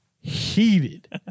heated